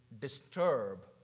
disturb